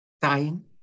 Dying